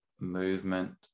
movement